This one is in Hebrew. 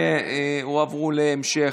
והועברו להמשך,